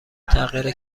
تحقیر